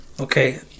okay